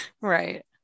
Right